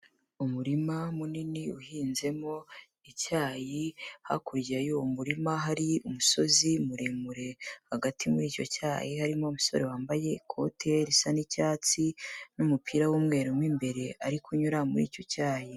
Umurima munini uhinzemo icyayi, hakurya y'uwo murima hari umusozi muremure, hagati muri icyo cyayi harimo umusore wambaye ikote risa n'icyatsi n'umupira w'umweru mo imbere ari kunyura muri icyo cyayi.